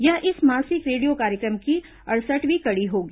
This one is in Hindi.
यह इस मासिक रेडियो कार्य क्र म की अड़सठवीं कड़ी होगी